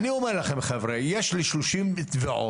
חבר'ה, אני אומר לכם, יש לי שלושים תביעות